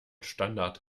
standard